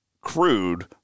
crude